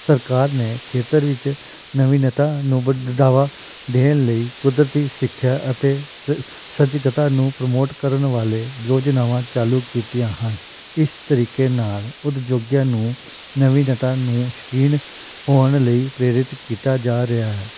ਸਰਕਾਰ ਨੇ ਖੇਤਰ ਵਿੱਚ ਨਵੀਨਤਾ ਨੂੰ ਵਡਾਵਾ ਦੇਣ ਲਈ ਕੁਦਰਤੀ ਸਿੱਖਿਆ ਅਤੇ ਸ ਸੱਚਕਤਾ ਨੂੰ ਪ੍ਰਮੋਟ ਕਰਨ ਵਾਲੇ ਯੋਜਨਾਵਾਂ ਚਾਲੂ ਕੀਤੀਆਂ ਹਨ ਇਸ ਤਰੀਕੇ ਨਾਲ਼ ਉਦਯੋਗਾਂ ਨੂੰ ਨਵੀਨਤਾ ਨੂੰ ਸ਼ਕੀਨ ਹੋਣ ਲਈ ਪ੍ਰੇਰਿਤ ਕੀਤਾ ਜਾ ਰਿਹਾ ਹੈ